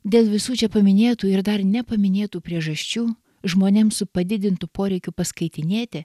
dėl visų čia paminėtų ir dar nepaminėtų priežasčių žmonėms su padidintu poreikiu paskaitinėti